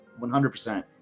100%